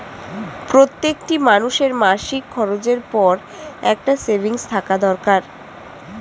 প্রত্যেকটি মানুষের মাসিক খরচের পর একটা সেভিংস থাকা দরকার